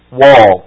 wall